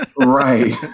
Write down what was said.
Right